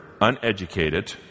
uneducated